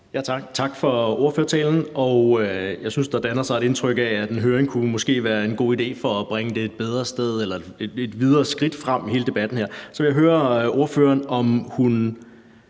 tak for ordførertalen. Jeg synes, der danner sig et billede af, at en høring måske kunne være en god idé for at bringe hele debatten her et skridt videre frem. Så vil jeg høre, om ordføreren, som jo